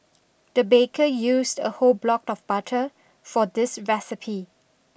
the baker used a whole block of butter for this recipe